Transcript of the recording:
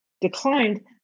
declined